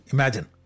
Imagine